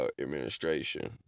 administration